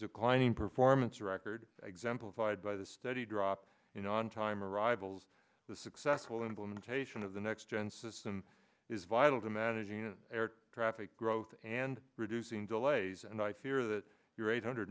declining performance record exemplified by the study drop in on time arrivals the successful implementation of the next gen system is vital to managing air traffic growth and reducing delays and i fear that your eight hundred